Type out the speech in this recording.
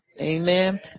Amen